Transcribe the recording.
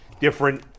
different –